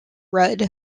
rudd